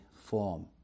form